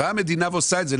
באה המדינה ועושה את זה.